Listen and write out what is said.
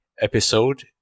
episode